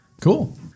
Cool